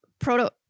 proto-